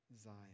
Zion